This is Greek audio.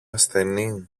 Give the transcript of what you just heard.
ασθενή